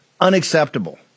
Unacceptable